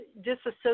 disassociate